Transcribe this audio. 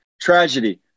tragedy